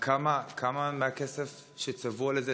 כמה מהכסף שצבוע לזה,